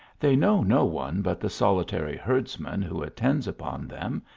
they know no one but the solitary herdsman who attends upon them,